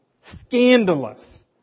Scandalous